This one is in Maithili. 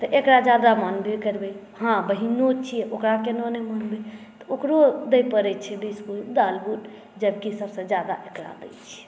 तऽ एकरा जादा मानबे करबै हँ बहीनो छियै ओकरा केना नहि मानबै ओकरो दै परै छै बिस्कुट दालबुट जबकि सबसँ जादा एकरा मानै छियै